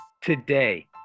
Today